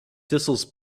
thistles